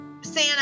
Santa